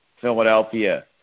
Philadelphia